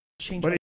change